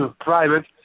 private